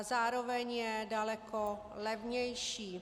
Zároveň je daleko levnější.